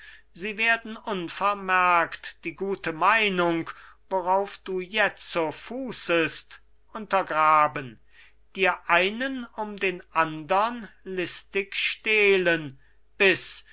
sie werden unvermerkt die gute meinung worauf du jetzo fußest untergraben dir einen um den andern listig stehlen bis